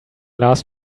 last